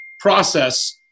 process